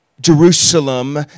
Jerusalem